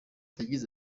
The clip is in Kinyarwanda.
yagize